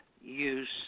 use